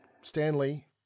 Stanley